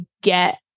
get